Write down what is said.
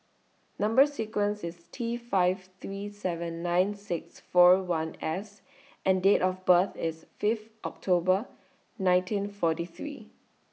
Number sequence IS T five three seven nine six four one S and Date of birth IS Fifth October nineteen forty three